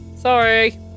Sorry